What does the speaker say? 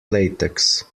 latex